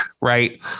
right